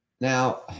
Now